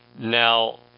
Now